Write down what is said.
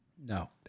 No